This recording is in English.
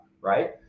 right